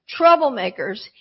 troublemakers